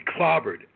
clobbered